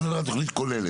אתה מדבר על תוכנית רשותית.